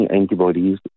antibodies